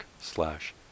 slash